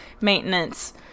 maintenance